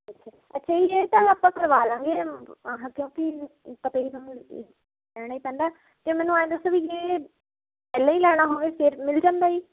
ਅੱਛਾ ਅੱਛਾ ਜੀ ਇਹ ਤਾਂ ਆਪਾਂ ਕਰਵਾ ਲਵਾਂਗੇ ਆਹ ਕਿਉਂਕਿ ਪਤਾ ਹੀ ਹੈ ਤੁਹਾਨੂੰ ਲੈਣਾ ਹੀ ਪੈਂਦਾ ਅਤੇ ਮੈਨੂੰ ਆਹ ਦੱਸੋ ਵੀ ਜੇ ਪਹਿਲਾਂ ਹੀ ਲੈਣਾ ਹੋਵੇ ਫਿਰ ਮਿਲ ਜਾਂਦਾ ਜੀ